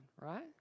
right